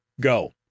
go